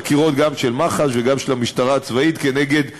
חקירות גם של מח"ש וגם של המשטרה הצבאית כנגד חיילים,